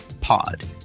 pod